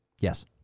Yes